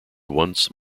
once